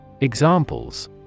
Examples